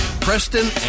preston